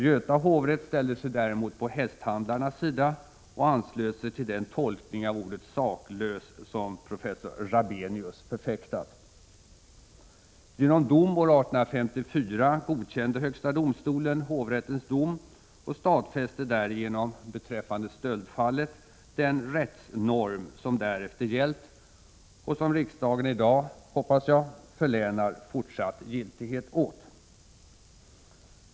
Göta hovrätt ställde sig däremot på hästhandlarnas sida och anslöt sig till den tolkning av ordet saklös som professor Rabenius förfäktat. Genom dom år 1854 godkände Högsta domstolen hovrättens dom och stadfäste därigenom beträffande stöldfallet den rättsnorm som därefter gällt och som riksdagen i dag, hoppas jag, förlänar fortsatt giltighet åt.